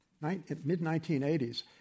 Mid-1980s